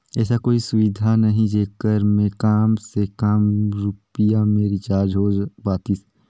ऐसा कोई सुविधा नहीं जेकर मे काम से काम रुपिया मे रिचार्ज हो पातीस?